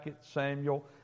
Samuel